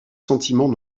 sentiments